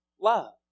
love